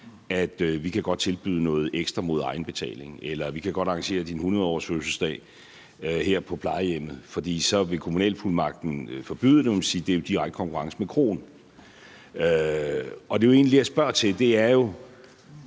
Vi kan godt tilbyde noget ekstra mod egenbetaling, eller vi kan godt arrangere din 100-årsfødselsdag her på plejehjemmet. For så vil kommunalfuldmagten forbyde det og sige, at det jo er i direkte konkurrence med kroen. Det, jeg egentlig spørger til, er jo,